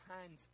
hand